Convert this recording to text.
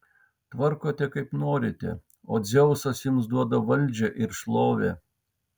tvarkote kaip norite o dzeusas jums duoda valdžią ir šlovę